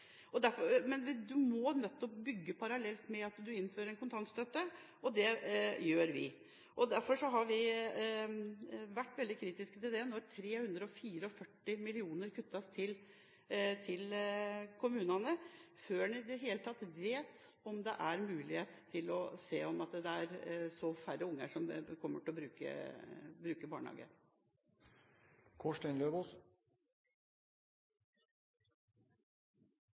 og det viser seg, hvis en ser på statistikk og tall, at flere og flere unger kom inn i barnehagene i den tida. Men man må bygge parallelt med at man innfører kontantstøtte, og det gjør vi. Derfor har vi vært veldig kritiske til at det kuttes 344 mill. kr til kommunene før en i det hele tatt vet om det er så mange færre unger som kommer til å bruke